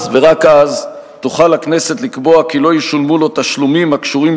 אז ורק אז תוכל הכנסת לקבוע כי לא ישולמו לו תשלומים הקשורים